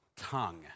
tongue